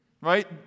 right